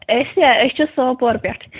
أسۍ ہا أسۍ چھِ سوپور پٮ۪ٹھ